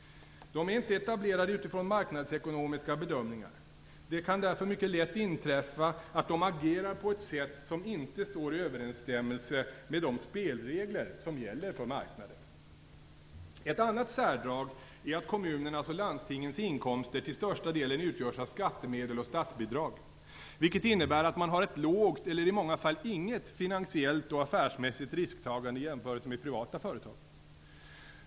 De är inte etablerade utifrån marknadsekonomiska bedömningar. Det kan därför mycket lätt inträffa att de agerar på ett sätt som inte står i överensstämmelse med de spelregler som gäller för marknaden. Ett annat särdrag är att kommunernas och landstingens inkomster till största delen utgörs av skattemedel och statsbidrag, vilket innebär att man har ett lågt eller i många fall inget finansiellt och affärsmässigt risktagande i jämförelse med privata företag.